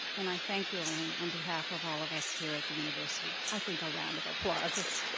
and i thank you, elaine, on behalf of all of us here at the university. i think a round of applause is